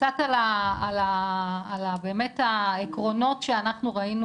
קצת על העקרונות שאנחנו ראינו,